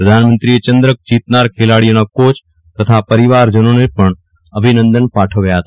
પ્રધાનમંત્રીએ ચંદ્રક જીતનાર ખેલાડીઓના કોચ તથા પરિવારજનોને પણ અભિનંદન પાઠવ્યા હતા